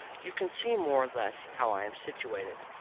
you can see more or less how i am situated.